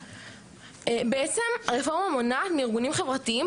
בעצם הרפורמה מונעת מארגונים חברתיים